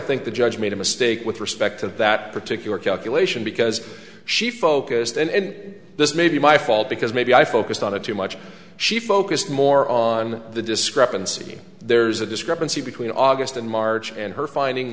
think the judge made a mistake with respect to that particular calculation because she focused and this may be my fault because maybe i focused on it too much she focused more on the discrepancy there's a discrepancy between august and march and her finding